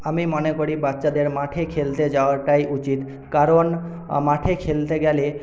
আমি মনে করি বাচ্চাদের মাঠে খেলতে যাওয়াটাই উচিত কারণ মাঠে খেলতে গেলে